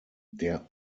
der